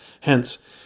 Hence